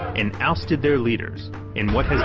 and ousted their leaders in what has